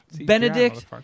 Benedict